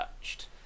touched